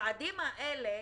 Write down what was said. הצעדים האלה